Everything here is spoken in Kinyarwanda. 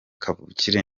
kavukire